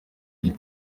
iri